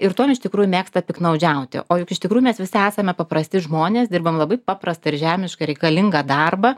ir tuom iš tikrųjų mėgsta piktnaudžiauti o juk iš tikrųjų mes visi esame paprasti žmonės dirbam labai paprastą ir žemišką reikalingą darbą